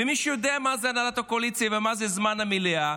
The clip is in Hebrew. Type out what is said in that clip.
ומי שיודע מה זה הנהלת הקואליציה ומה זה זמן המליאה,